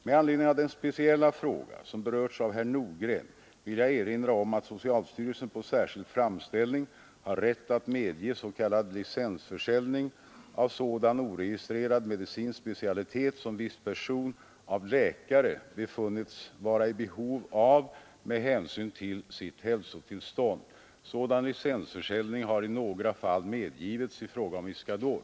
Med anledning av den speciella fråga som berörts av herr Nordgren vill jag erinrar om att socialstyrelsen på särskild framställning har rätt att medge s.k. licensförsäljning av sådan oregistrerad medicinsk specialitet som viss person av läkare befunnits vara i behov av med hänsyn till sitt hälsotillstånd. Sådan licensförsäljning har i några fall medgivits i fråga om Iscador.